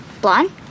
Blonde